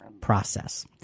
process